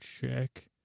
check